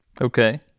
Okay